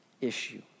issue